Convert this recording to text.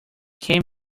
came